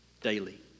daily